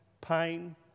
pain